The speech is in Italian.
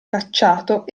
cacciato